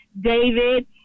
David